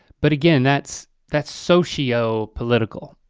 but again that's that's socio political.